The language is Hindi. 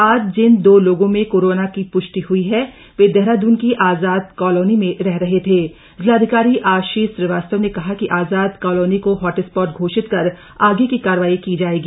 आज जिन दो लोगों में कोरोना की पृष्टि हई है व दहराद्न की आजाद कॉलोनी में रह रह थ जिलाधिकारी आशीष श्रीवास्तव न कहा की आजाद कॉलोनी को हॉटस्पॉट घोषित कर आग की कार्रवाई की जाएगी